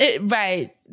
Right